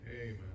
Amen